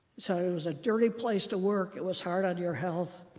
so it was a dirty place to work. it was hard on your health.